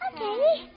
Okay